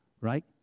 right